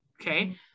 okay